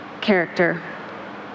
character